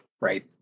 right